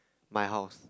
my house